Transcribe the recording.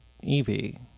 Evie